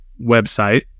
website